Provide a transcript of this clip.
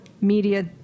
media